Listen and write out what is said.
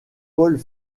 paul